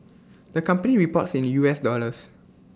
the company reports in U S dollars